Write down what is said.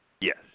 Yes